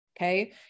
Okay